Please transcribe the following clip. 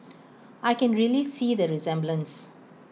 I can really see the resemblance